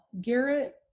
Garrett